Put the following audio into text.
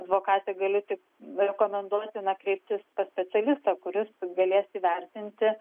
advokatė galiu tik rekomenduoti na kreiptis pas specialistą kuris galės įvertinti